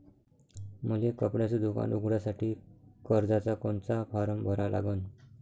मले कपड्याच दुकान उघडासाठी कर्जाचा कोनचा फारम भरा लागन?